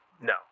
No